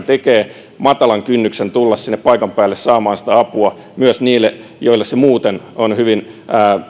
tekee matalan kynnyksen tulla sinne paikan päälle saamaan sitä apua myös niille joille se muuten on